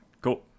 cool